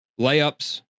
layups